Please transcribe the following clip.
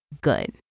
good